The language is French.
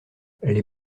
les